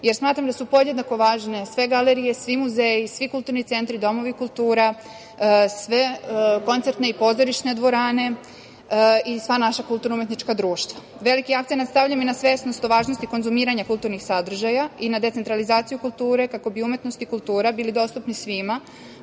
jer smatram da su podjednako važne sve galerije, svi muzeji, svi kulturni centri, domovi kulture, sve koncertne i pozorišne dvorane i sva naša kulturno-umetnička društva. Veliki akcenat stavljam i na svesnost o važnosti konzumiranja kulturnih sadržaja i na decentralizaciju kulture, kako bi umetnost i kultura bili dostupni svima,